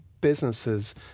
businesses